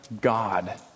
God